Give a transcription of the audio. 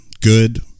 Good